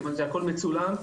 כיוון שהכול מצולם.